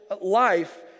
life